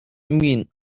mean